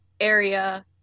area